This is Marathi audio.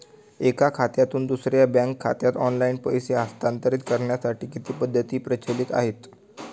एका खात्यातून दुसऱ्या बँक खात्यात ऑनलाइन पैसे हस्तांतरित करण्यासाठी किती पद्धती प्रचलित आहेत?